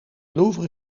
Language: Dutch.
louvre